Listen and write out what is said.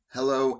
Hello